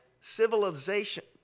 civilization